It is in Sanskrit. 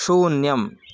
शून्यम्